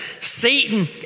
Satan